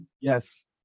yes